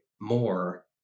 more